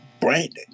Brandon